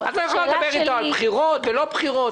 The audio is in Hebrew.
את לא יכולה לדבר על בחירות ולא בחירות.